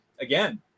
Again